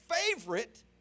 favorite